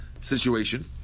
situation